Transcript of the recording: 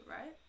right